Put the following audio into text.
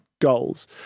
goals